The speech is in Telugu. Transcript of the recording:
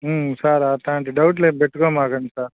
సార్ అట్లాంటి డౌట్లు ఏమీ పెట్టుకోకండి సార్